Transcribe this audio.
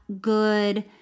good